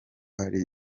hari